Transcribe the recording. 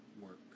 work